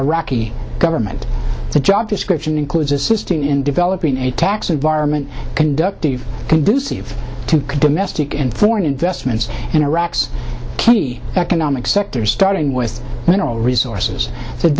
iraqi government the job description includes assisting in developing a tax environment conductive conducive to domestic and foreign investments in iraq's key economic sectors starting with the resources t